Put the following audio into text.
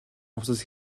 хувцас